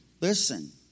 Listen